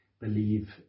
believe